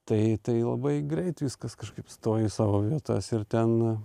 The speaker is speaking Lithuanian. tai tai labai greit viskas kažkaip stojo į savo vietas ir ten